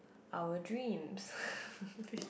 our dreams